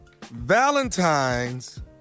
Valentine's